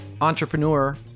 entrepreneur